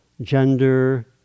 gender